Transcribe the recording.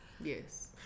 yes